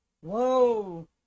whoa